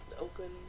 Oakland